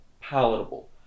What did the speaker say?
palatable